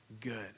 good